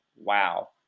wow